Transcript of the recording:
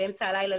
באמצע הלילה,